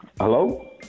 Hello